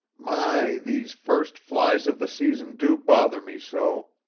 my, these first flies of the season do bother me so!